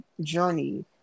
journey